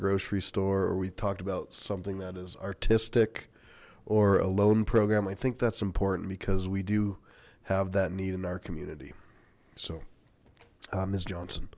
grocery store or we talked about something that is artistic or a loan program i think that's important because we do have that need in our community so miss jo